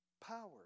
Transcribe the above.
power